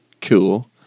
cool